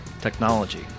technology